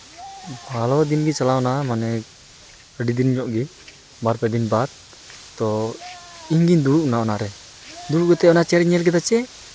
ᱵᱷᱟᱞᱚ ᱫᱤᱱ ᱜᱮ ᱪᱟᱞᱟᱣ ᱱᱟ ᱢᱟᱱᱮ ᱟᱹᱰᱤ ᱫᱤᱱ ᱧᱚᱜ ᱜᱮ ᱵᱟᱨᱼᱯᱮ ᱫᱤᱱ ᱵᱟᱫᱽ ᱛᱚ ᱤᱧ ᱜᱮᱧ ᱫᱩᱲᱩᱵ ᱱᱟ ᱚᱱᱟᱨᱮ ᱫᱩᱲᱩᱵ ᱠᱟᱛᱮ ᱚᱱᱟ ᱪᱮᱭᱟᱨᱤᱧ ᱧᱮᱞ ᱠᱮᱫᱟ ᱡᱮ